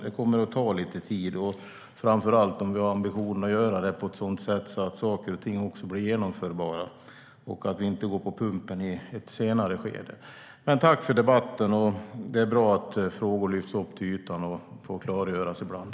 Det kommer att ta lite tid, framför allt om ambitionen är att vi ska göra det på ett sådant sätt att saker och ting blir genomförbara och att vi inte går på pumpen i ett senare skede. Jag tackar för debatten. Det är bra att frågor lyfts upp till ytan och får klargöras ibland.